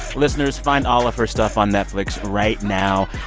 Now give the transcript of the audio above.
listeners, find all of her stuff on netflix right now.